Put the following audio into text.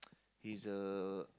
he's a